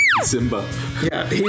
Simba